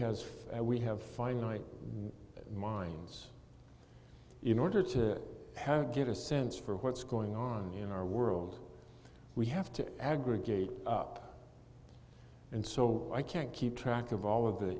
faith we have finite minds in order to get a sense for what's going on in our world we have to aggregate up and so i can't keep track of all of the